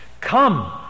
Come